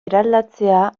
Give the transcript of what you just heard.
eraldatzea